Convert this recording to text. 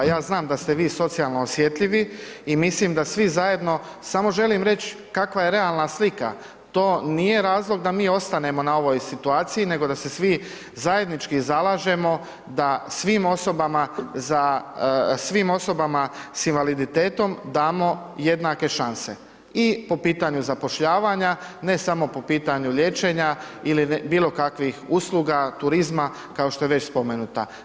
Ja znam da ste vi socijalno osjetljivi i mislim da svi zajedno samo želim reć kakva je realna slika, to nije razlog da mi ostanemo na ovoj situaciji nego da se svi zajednički zalažemo da svim osobama sa invaliditetom damo jednake šanse i po pitanju zapošljavanja, ne samo po pitanju liječenja ili bilokakvih usluga turizma kao što je već spomenuta.